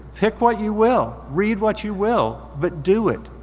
pick what you will, read what you will, but do it.